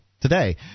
today